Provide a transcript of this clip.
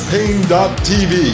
Pain.tv